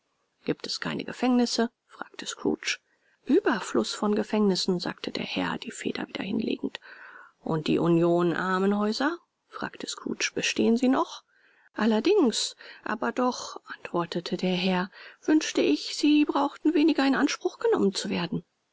giebt es keine gefängnisse fragte scrooge ueberfluß von gefängnissen sagte der herr die feder wieder hinlegend und die union armenhäuser fragte scrooge bestehen sie noch allerdings aber doch antwortete der herr wünschte ich sie brauchten weniger in anspruch genommen zu werden